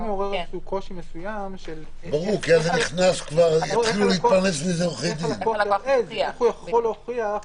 זה גם יעורר קושי מסוים איך הוא יכול להוכיח.